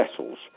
vessels